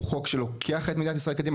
חוק שלוקח את מדינת ישראל קדימה,